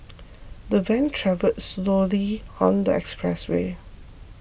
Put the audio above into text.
the van travelled slowly on the expressway